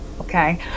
okay